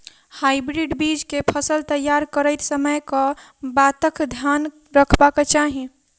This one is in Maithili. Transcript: हाइब्रिड बीज केँ फसल तैयार करैत समय कऽ बातक ध्यान रखबाक चाहि?